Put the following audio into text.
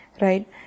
right